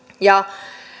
ja